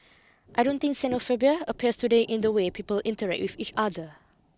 I don't think xenophobia appears today in the way people interact with each other